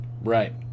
Right